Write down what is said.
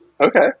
Okay